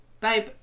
babe